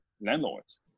landlords